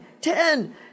ten